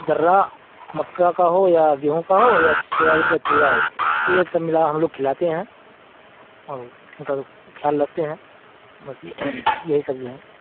دررہ مکہ کا ہو یا گیہوں کا ہو یا سویابین کا چورا ہو یہ سب ملا ہم لوگ کھلاتے ہیں اور ان کا خیال رکھتے ہیں بس یہ یہی سب جو ہیں